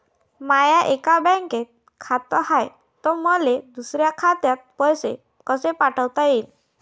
माय एका बँकेत खात हाय, त मले दुसऱ्या खात्यात पैसे कसे पाठवता येईन?